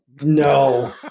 No